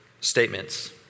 statements